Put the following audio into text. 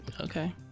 okay